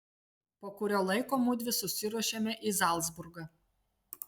po kurio laiko mudvi susiruošėme į zalcburgą